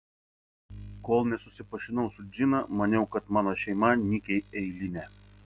kol nesusipažinau su džina maniau kad mano šeima nykiai eilinė